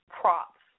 props